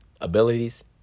abilities